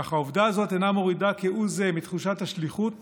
אך העובדה הזאת אינה מורידה כהוא זה מתחושת השליחות